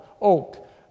oak